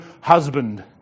husband